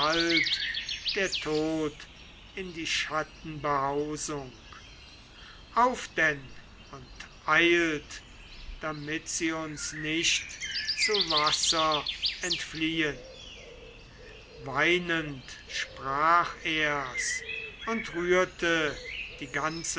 der tod in die schattenbehausung auf denn und eilt damit sie uns nicht zu wasser entfliehen weinend sprach er's und rührte die ganze